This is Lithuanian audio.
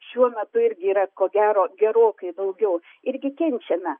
šiuo metu irgi yra ko gero gerokai daugiau irgi kenčiame